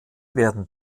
werden